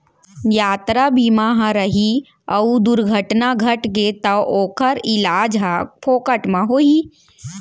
यातरा बीमा ह रही अउ दुरघटना घटगे तौ ओकर इलाज ह फोकट म होही